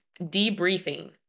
debriefing